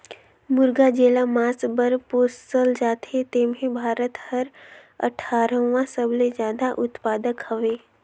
मुरगा जेला मांस बर पोसल जाथे तेम्हे भारत हर अठारहवां सबले जादा उत्पादक हवे